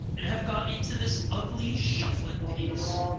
and have got into this ugly shuffling pace.